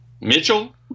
Mitchell